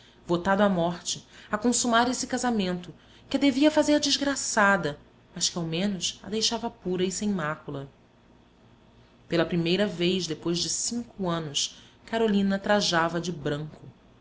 votado à morte a consumar esse casamento que a devia fazer desgraçada mas que ao menos a deixava pura e sem mácula pela primeira vez depois de cinco anos carolina trajava de branco